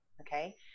Okay